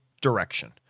direction